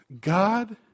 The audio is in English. God